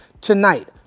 Tonight